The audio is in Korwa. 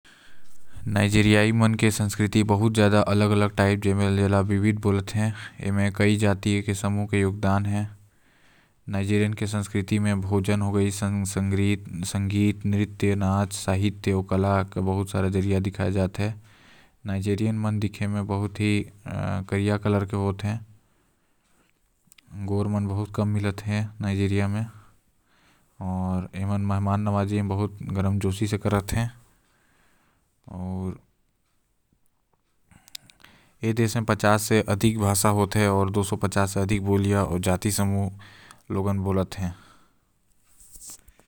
नाइजीरिया म रहे वाला आदमी मन के संस्कृति इस्लाम के होएल आऊ साथ हे। ईमान भी खेल संगीत ल कोनो कोनो जगह म फॉलो करते इमान।